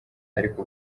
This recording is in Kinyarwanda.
ariko